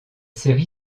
série